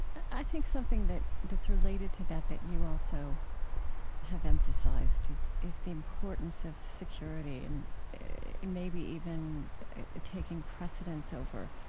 i think something that's related to that that you also have emphasized is is the importance of security and and maybe even taking precedence over,